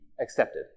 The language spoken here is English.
accepted